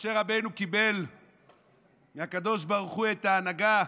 שמשה רבנו קיבל מהקדוש ברוך הוא את ההנהגה